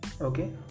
okay